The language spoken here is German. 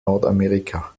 nordamerika